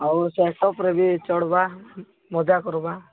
ଆଉ ବି ଚଢ଼ବା ମଜା କରିବା